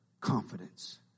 confidence